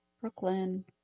Brooklyn